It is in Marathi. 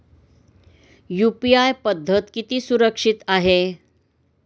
यु.पी.आय पद्धत किती सुरक्षित आहे?